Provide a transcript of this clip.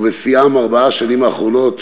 ובשיאן ארבע השנים האחרונות,